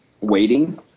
waiting